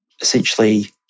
essentially